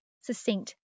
succinct